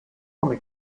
come